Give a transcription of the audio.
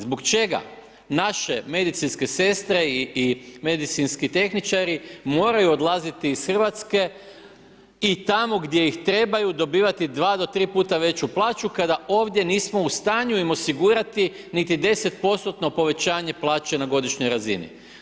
Zbog čega naše medicinske sestre i medicinski tehničari moraju odlaziti iz Hrvatske i tamo gdje ih trebaju dobivati 2-3 puta veću plaću, kada ovdje nismo u stanju im osigurati niti 10% povećanje plaće na godišnjoj razini.